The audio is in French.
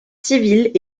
civiles